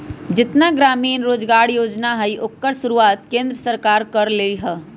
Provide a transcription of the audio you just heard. जेतना ग्रामीण रोजगार योजना हई ओकर शुरुआत केंद्र सरकार कर लई ह